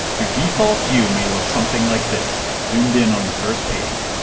your default view may look something like this zoomed in on the first page.